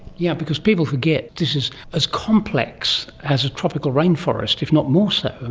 yeah because people forget this is as complex as a tropical rainforest, if not more so,